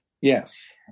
Yes